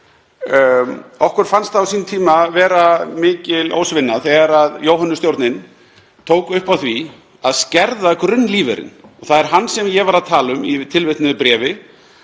Okkur fannst á sínum tíma vera mikil ósvinna þegar Jóhönnustjórnin tók upp á því að skerða grunnlífeyrinn. Það er hann sem ég var að tala um í tilvitnuðu bréfi